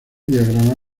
diagrama